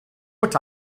but